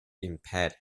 impaired